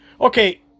Okay